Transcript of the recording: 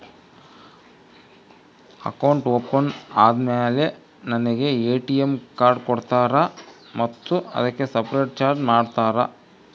Account open ಆದಮೇಲೆ ನನಗೆ ATM card ಕೊಡ್ತೇರಾ ಮತ್ತು ಅದಕ್ಕೆ ಸಪರೇಟ್ ಚಾರ್ಜ್ ಮಾಡ್ತೇರಾ?